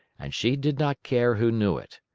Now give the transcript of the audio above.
and she did not care who knew it.